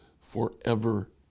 forever